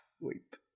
Wait